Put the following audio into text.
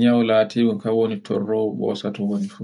nyawu latingu kan woni torrogo goo kosa tongoni fu.